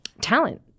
Talent